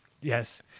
Yes